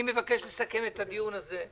אני מבקש לסכם את הדיון הזה.